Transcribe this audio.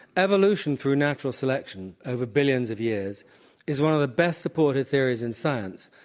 evolution through natural selection over billions of years is one of the best supported theories in science.